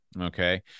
okay